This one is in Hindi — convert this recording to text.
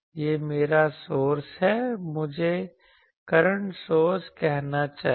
यह मेरा सोर्स है मुझे करंट सोर्स कहना चाहिए